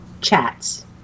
chats